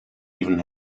even